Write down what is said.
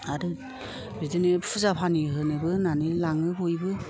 आरो बिदिनो फुजा फानि होनोबो होननानै लाङो बयबो